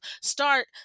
Start